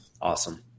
Awesome